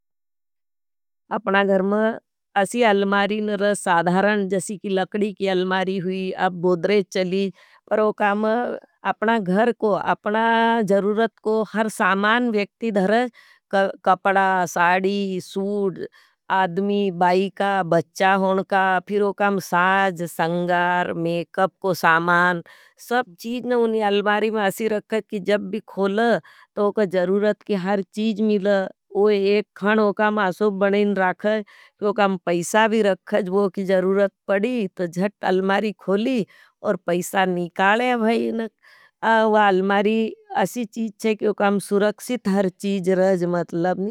अपना घर में असी अल्मारी न रह साधारन, जसी की लकडी की अल्मारी हुई। अब बोदरेच चली, पर वो काम अपना घर को, अपना जरूरत को, हर सामान व्यक्ति धरे, कपड़ा, साडी, सूड, आदमी, बाई का, बच्चा होनका, फिर वो काम साज, संगार, मेकअप को समान। सब चीज ना ऊनी अलमारी मा ऐसी रखत। की जब भी ओखा खोला जो ओखा जरूरत की हर चीज मिल। वो एक ख़ान मा ओखा ऐसी बनी राखे। क्यों काम पैसा भी रखे, जब वो की जरूरत पड़ी, तो जट अल्मारी खोली, और पैसा निकालें भाई न, वा अल्मारी असी चीज चे, क्यों काम सुरक्षित हर चीज रह, मतलब नी।